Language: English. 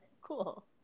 cool